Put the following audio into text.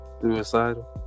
suicidal